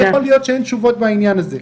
לא יכול להיות שאין תשובות בעניין הזה.